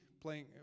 playing